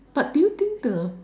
but do you think the